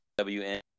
WN